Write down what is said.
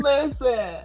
Listen